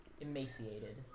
emaciated